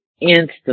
instantly